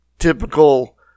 typical